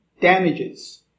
damages